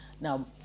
now